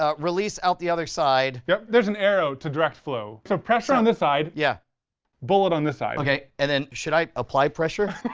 ah release out the other side. yep there's and arrow to direct flow. so pressure on this side, yeah bullet on this side. and then should i apply pressure?